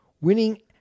winning